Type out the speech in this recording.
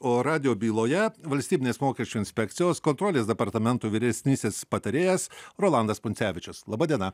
o radijo byloje valstybinės mokesčių inspekcijos kontrolės departamento vyresnysis patarėjas rolandas puncevičius laba diena